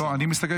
לא, אני מסתכל.